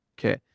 Okay